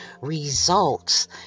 results